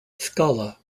skala